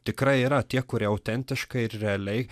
tikra yra tie kurie autentiškai ir realiai